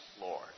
Lord